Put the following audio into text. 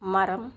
மரம்